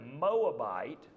Moabite